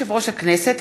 ברשות יושב-ראש הכנסת,